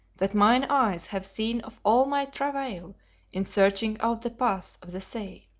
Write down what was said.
that mine eyes have seen of all my travail in searching out the paths of the sea.